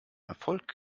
erfolg